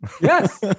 Yes